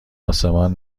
آسمان